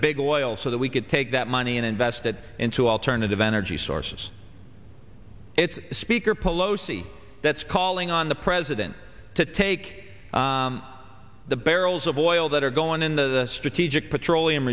big oil so that we could take that money and invest it into alternative energy sources it's speaker pelosi that's calling on the president to take the barrels of oil that are going in the strategic petroleum